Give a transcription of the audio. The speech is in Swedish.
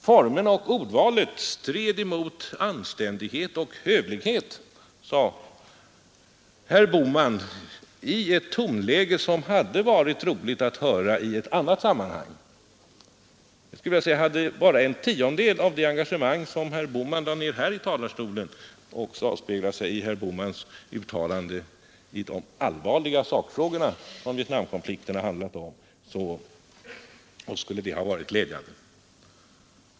Formerna och ordvalet stred mot anständighet och hövlighet, sade herr Bohman i ett tonläge som hade varit välgörande i ett annat sammanhang. Jag skulle vilja säga att hade bara en tiondel av det engagemang som herr Bohman mobiliserade här i talarstolen avspeglat sig i herr Bohmans uttalanden i de allvarliga sakfrågor som Vietnamkonflikten handlat om skulle det ha varit glädjande.